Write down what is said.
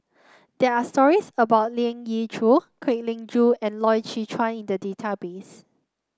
there are stories about Leong Yee Choo Kwek Leng Joo and Loy Chye Chuan in the database